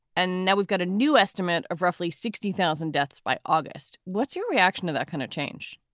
and now we've got a new estimate of roughly sixty thousand deaths by august. what's your reaction to that kind of change?